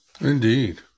Indeed